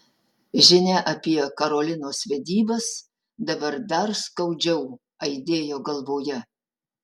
žinia apie karolinos vedybas dabar dar skaudžiau aidėjo galvoje